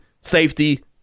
safety